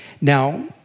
Now